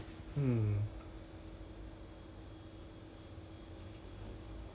I don't know I found it I always find it too too strong for me leh like 这种 hard liquor ah